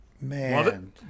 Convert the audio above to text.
Man